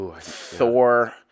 Thor